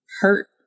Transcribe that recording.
hurt